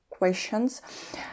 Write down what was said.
questions